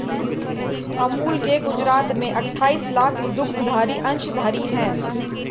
अमूल के गुजरात में अठाईस लाख दुग्धधारी अंशधारी है